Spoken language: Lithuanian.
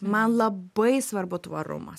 man labai svarbu tvarumas